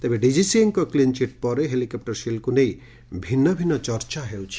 ତେବେ ଡିକିସିଏଙ୍କ କ୍ଲିନ୍ଚିଟ୍ ପରେ ହେଲିକପ୍ଟର ସିଲ୍କୁ ନେଇ ଭିନ୍ନ ଭିନ୍ନ ଚର୍ଚ୍ଚା ହେଉଛି